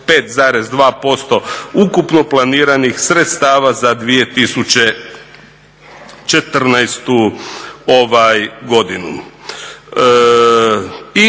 65,2% ukupno planiranih sredstava za 2014. godinu.